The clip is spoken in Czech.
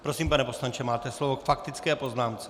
Prosím, pane poslanče, máte slovo k faktické poznámce.